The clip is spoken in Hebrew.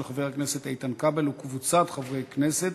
של חבר הכנסת איתן כבל וקבוצת חברי כנסת.